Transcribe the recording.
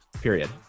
Period